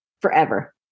forever